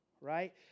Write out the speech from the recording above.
right